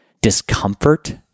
discomfort